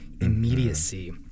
immediacy